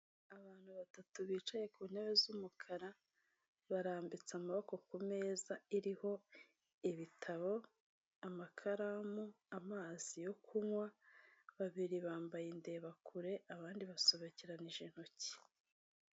Abantu batatu bicaye ku ntebe z'umukara barambitse amaboko ku meza iriho ibitabo, amakaramu, amazi yo kunywa babiri bambaye ndeba kure abandi basobekeranije intoki.